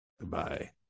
Goodbye